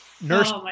Nurse